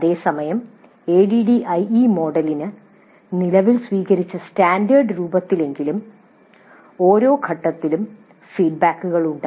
അതേസമയം ADDIE മോഡലിന് നിലവിൽ സ്വീകരിച്ച സ്റ്റാൻഡേർഡ് രൂപത്തിലെങ്കിലും ഓരോ ഘട്ടത്തിലും ഫീഡ്ബാക്കുകൾ ഉണ്ട്